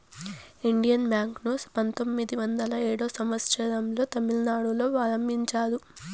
Indian bank ను పంతొమ్మిది వందల ఏడో సంవచ్చరం లో తమిళనాడులో ఆరంభించారు